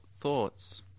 thoughts